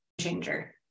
Changer